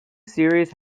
series